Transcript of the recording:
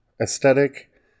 aesthetic